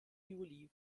juli